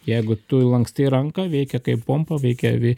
jeigu tu lankstai ranką veikia kaip pompa veikia vei